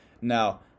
Now